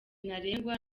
ntarengwa